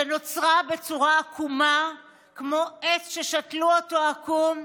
שנוצרה בצורה עקומה כמו עץ ששתלו אותו עקום?